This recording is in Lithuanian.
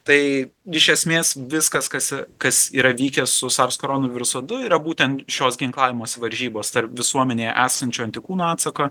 tai iš esmės viskas kas kas yra vykę su sars koronavirusu du yra būtent šios ginklavimosi varžybos tarp visuomenėje esančių antikūnų atsako